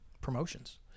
promotions